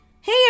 Hey